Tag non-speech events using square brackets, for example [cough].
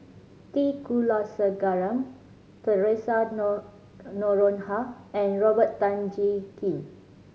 T Kulasekaram Theresa [unintelligible] Noronha and Robert Tan Jee Keng